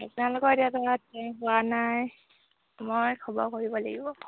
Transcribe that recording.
আপোনালোকৰ এতিয়া হোৱা নাই মই খবৰ কৰিব লাগিব